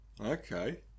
Okay